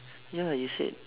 ya you said